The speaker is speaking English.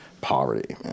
poverty